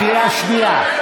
קריאה שנייה.